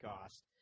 cost